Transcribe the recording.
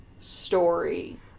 story